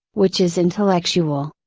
which is intellectual.